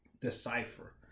decipher